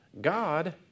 God